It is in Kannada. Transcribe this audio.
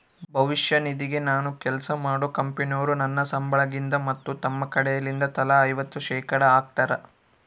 ಭವಿಷ್ಯ ನಿಧಿಗೆ ನಾನು ಕೆಲ್ಸ ಮಾಡೊ ಕಂಪನೊರು ನನ್ನ ಸಂಬಳಗಿಂದ ಮತ್ತು ತಮ್ಮ ಕಡೆಲಿಂದ ತಲಾ ಐವತ್ತು ಶೇಖಡಾ ಹಾಕ್ತಾರ